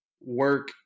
work